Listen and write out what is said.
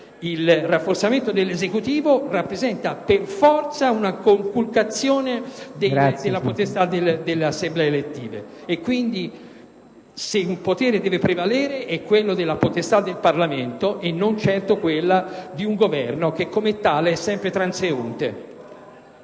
il rafforzamento dell'Esecutivo rappresenta per forza una conculcazione della potestà delle Assemblee elettive. Quindi, se un potere deve prevalere, è quello del Parlamento e non certo quello di un Governo che, come tale, è sempre transeunte.